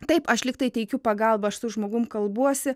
taip aš lygtai teikiu pagalbą aš su žmogum kalbuosi